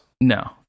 No